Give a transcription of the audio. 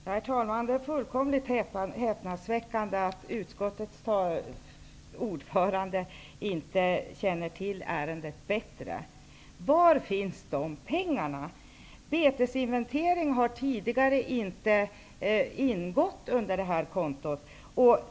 Herr talman! Det är fullkomligt häpnadsväckande att utskottets ordförande inte känner till ärendet bättre. Var finns de pengarna? Betesinventering har tidigare inte ingått i det här kontot.